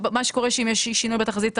מה שקורה אם יש שינוי בתחזית ההכנסות,